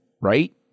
right